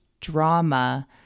drama